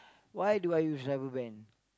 why do I use rubber band